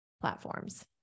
platforms